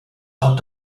out